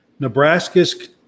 Nebraska's